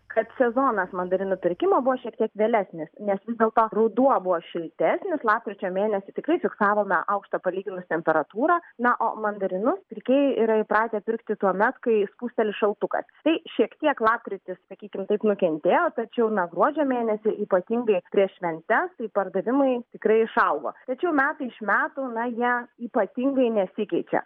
kad sezonas mandarinų pirkimo buvo šiek tiek vėlesnis nes vis dėlto ruduo buvo šiltesnis lapkričio mėnesį tikrai fiksavome aukštą palyginus temperatūrą na o mandarinus pirkėjai yra įpratę pirkti tuomet kai spusteli šaltukas tai šiek tiek lapkritis sakykim taip nukentėjo tačiau na gruodžio mėnesį ypatingai prieš šventes tie pardavimai tikrai išaugo tačiau metai iš metų na jie ypatingai nesikeičia